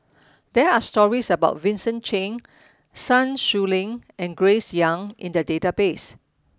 there are stories about Vincent Cheng Sun Xueling and Grace Young in the database